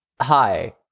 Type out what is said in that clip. hi